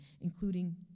including